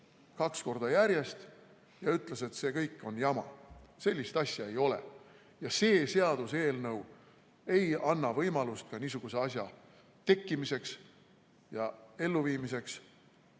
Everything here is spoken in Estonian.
kaks korda järjest ja ütles, et see kõik on jama, sellist asja ei ole ja see seaduseelnõu ei anna võimalust ka niisuguse asja tekkimiseks ja elluviimiseks